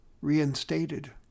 reinstated